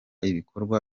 ibikorwa